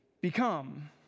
become